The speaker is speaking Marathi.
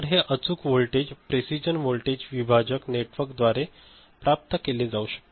तर हे अचूक व्हॉल्टेज प्रेसिजन वोल्टेज विभाजक नेटवर्कद्वारे प्राप्त केले जाऊ शकते